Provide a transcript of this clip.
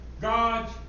God's